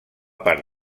part